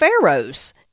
pharaohs